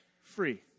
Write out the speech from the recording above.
free